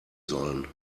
sollen